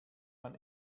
man